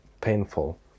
painful